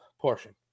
portion